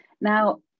Now